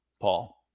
paul